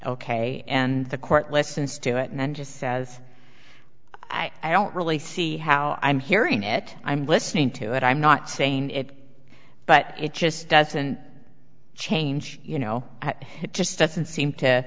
ok and the court listens to it and then just says i don't really see how i'm hearing it i'm listening to it i'm not saying it but it just doesn't change you know it just doesn't seem to